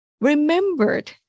remembered